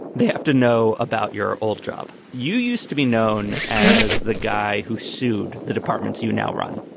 they have to know about your old job. you used to be known as the guy who sued the departments you now run.